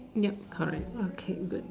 ya correct okay good